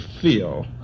feel